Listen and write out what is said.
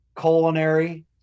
culinary